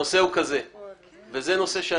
אחרי זה נעבור להקראה שבה נסכם את ההסכמות ואחרי